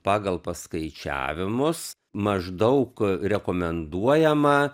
pagal paskaičiavimus maždaug rekomenduojama